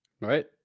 Right